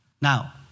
Now